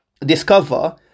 discover